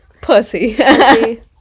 Pussy